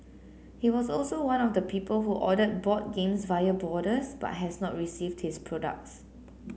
he was also one of the people who ordered board games via Boarders but has not received his products